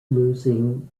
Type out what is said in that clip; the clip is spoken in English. losing